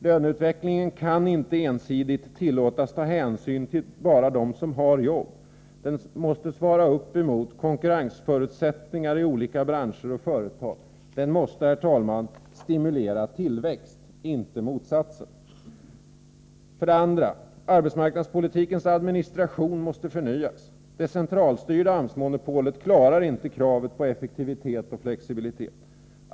Löneutvecklingen kan inte ensidigt tillåtas ta hänsyn bara till dem som har jobb. Den måste svara upp mot konkurrensförutsättningar i olika branscher och företag. Den måste, herr talman, stimulera tillväxt, inte motsatsen. 2. Arbetsmarknadspolitikens administration måste förnyas. Det centralstyrda AMS-monopolet klarar inte kravet på effektivitet och flexibilitet.